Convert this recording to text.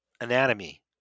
anatomy